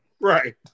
Right